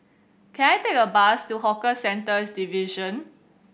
can I take a bus to Hawker Centres Division